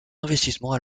investissements